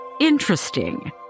interesting